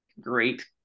great